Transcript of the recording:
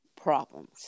problems